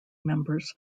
members